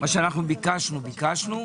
מה שביקשנו ביקשנו.